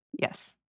Yes